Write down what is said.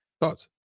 thoughts